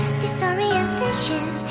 disorientation